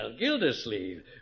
Gildersleeve